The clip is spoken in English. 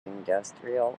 industrial